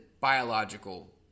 biological